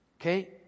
Okay